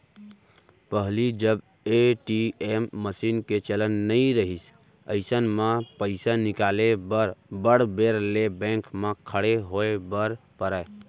पहिली जब ATM machine के चलन नइ रहिस अइसन म पइसा निकाले बर बड़ बेर ले बेंक म खड़े होय बर परय